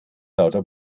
lauter